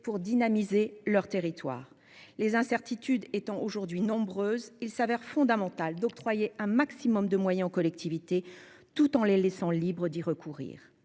pour dynamiser leur territoire. Les incertitudes étant aujourd'hui nombreuses, il devient fondamental d'octroyer un maximum de moyens aux collectivités, tout en les laissant libres d'y recourir.